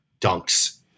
Dunks